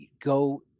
go